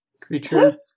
creature